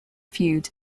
feud